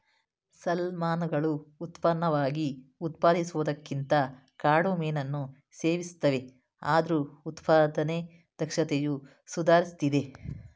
ಸಾಲ್ಮನ್ಗಳು ಉತ್ಪನ್ನವಾಗಿ ಉತ್ಪಾದಿಸುವುದಕ್ಕಿಂತ ಕಾಡು ಮೀನನ್ನು ಸೇವಿಸ್ತವೆ ಆದ್ರೂ ಉತ್ಪಾದನೆ ದಕ್ಷತೆಯು ಸುಧಾರಿಸ್ತಿದೆ